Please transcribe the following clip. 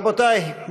רבותי,